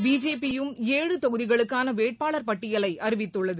பிஜேபியும் ஏழு தொகுதிகளுக்கான வேட்பாளர் பட்டியலை அறிவித்துள்ளது